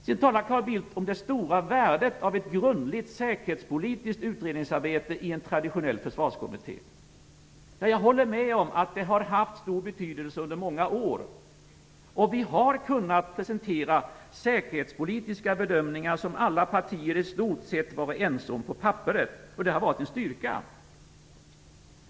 Carl Bildt talar om det stora värdet av ett grundligt säkerhetspolitiskt utredningarbete i en traditionell försvarskommitté. Jag håller med om att det har haft stor betydelse under många år. Vi har kunnat presentera säkerhetspolitiska bedömningar som alla partier i stort sett varit ense om på papperet. Det har varit en styrka.